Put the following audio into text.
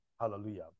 Hallelujah